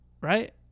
right